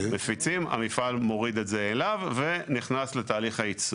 המפעל מוריד את זה אליו ונכנס לתהליך הייצור.